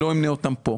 שלא אמנה אותן פה.